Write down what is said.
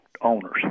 owners